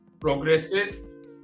progresses